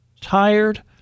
tired